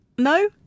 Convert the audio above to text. No